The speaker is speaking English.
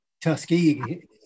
Tuskegee